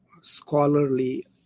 scholarly